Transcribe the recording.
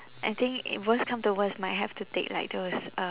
I think if worst come to worst might have to take like those uh